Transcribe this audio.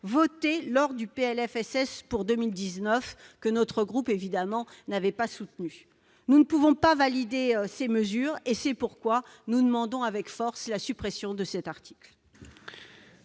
votées lors du PLFSS pour 2019, que notre groupe, évidemment, n'avait pas soutenues. Nous ne pouvons pas valider cette tendance. C'est pourquoi nous demandons avec force la suppression de cet article.